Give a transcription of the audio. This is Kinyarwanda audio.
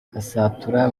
gasatura